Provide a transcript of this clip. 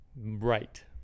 Right